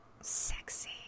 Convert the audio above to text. sexy